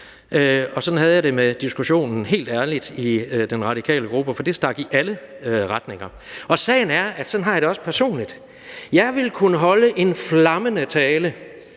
og sådan havde jeg det helt ærligt med diskussionen i den radikale gruppe, for det stak i alle retninger. Sagen er, at sådan har jeg det også personligt. Jeg ville kunne holde en flammende tale